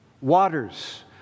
Waters